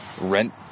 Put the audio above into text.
rent